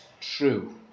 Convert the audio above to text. true